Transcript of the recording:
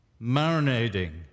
marinating